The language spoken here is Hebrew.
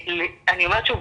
אני אומרת שוב,